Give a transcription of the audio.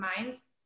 minds